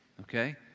okay